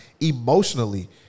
emotionally